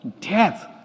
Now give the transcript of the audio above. death